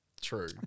True